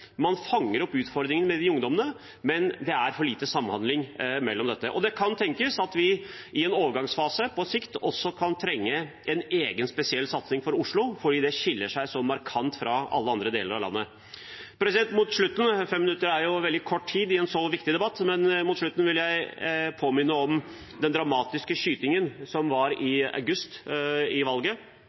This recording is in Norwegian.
man fanger opp utfordringene med disse ungdommene, men det er for lite samhandling her. Det kan tenkes at vi i en overgangsfase, på sikt, også kan trenge en egen spesiell satsing for Oslo, for Oslo skiller seg så markant fra alle deler av landet. Mot slutten – 5 minutter er veldig kort tid i en så viktig debatt – vil jeg minne om den dramatiske skytingen i august,